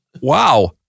Wow